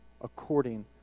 according